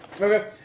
Okay